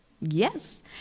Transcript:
Yes